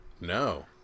No